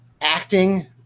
acting